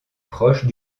proches